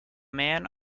man